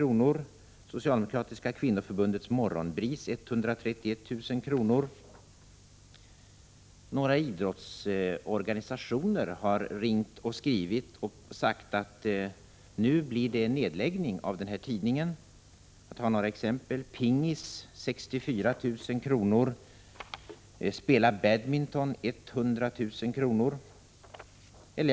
och Socialdemokratiska kvinnoförbundets Morgonbris 131 000 kr. Några idrottsorganisationer har ringt eller skrivit och sagt att de nu måste lägga ned sin tidning. Några exempel: Pingis förlorar 64 000 kr. Spela Badminton förlorar 100 000 kr.